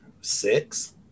six